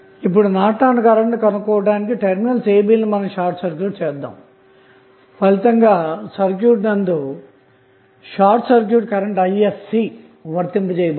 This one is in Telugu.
ఇప్పుడు నార్టన్ కరెంట్ ను కనుక్కోవటానికి టెర్మినల్స్ a b ల ను షార్ట్ సర్క్యూట్ చేద్దాము ఫలితంగా సర్క్యూట్ నందు షార్ట్ సర్క్యూట్ కరెంట్ isc వర్తింప చేయబడుతుంది